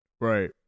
Right